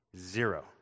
Zero